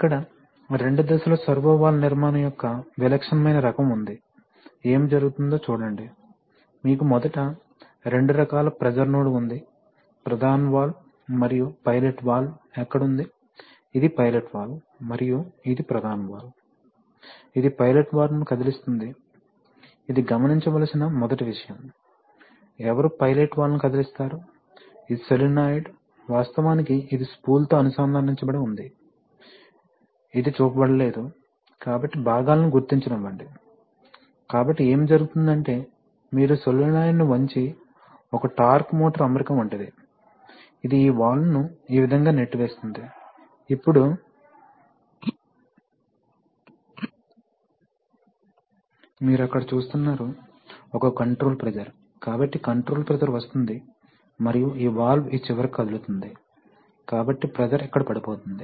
ఇక్కడ రెండు దశల సర్వో వాల్వ్ నిర్మాణం యొక్క విలక్షణమైన రకం ఉంది ఏమి జరుగుతుందో చూడండి మీకు మొదట రెండు రకాల ప్రెజర్ నోడ్ ఉంది ప్రధాన వాల్వ్ మరియు పైలట్ వాల్వ్ ఎక్కడ ఉంది ఇది పైలట్ వాల్వ్ మరియు ఇది ప్రధాన వాల్వ్ ఇది పైలట్ వాల్వ్ను కదిలిస్తుంది ఇది గమనించవలసిన మొదటి విషయం ఎవరు పైలట్ వాల్వ్ ను కదిలిస్తారు ఈ సోలేనోయిడ్ వాస్తవానికి ఇది స్పూల్తో అనుసంధానించబడి ఉంది ఇది చూపబడలేదుకాబట్టి భాగాలను గుర్తించనివ్వండి కాబట్టి ఏమి జరుగుతుందంటే మీరు సోలనోయిడ్ను వంచి ఒక టార్క్ మోటారు అమరిక వంటిది ఇది ఈ వాల్వ్ను ఈ విధంగా నెట్టివేస్తుంది ఇప్పుడు మీరు అక్కడ చూస్తున్నారు ఒక కంట్రోల్ ప్రెషర్ కాబట్టి కంట్రోల్ ప్రెషర్ వస్తుంది మరియు ఈ వాల్వ్ ఈ చివరకి కదులుతుంది కాబట్టి ప్రెషర్ ఇక్కడ పడిపోతుంది